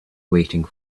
waiting